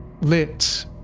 lit